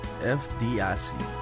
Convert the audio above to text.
FDIC